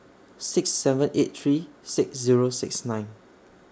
six seven eight three six Zero six nine